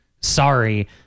Sorry